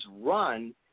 run